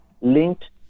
linked